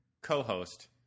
co-host